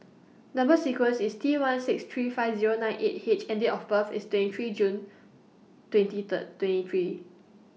Number sequence IS T one six three five Zero nine eight H and Date of birth IS twenty three June twenty Third twenty three